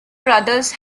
brothers